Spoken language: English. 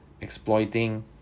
exploiting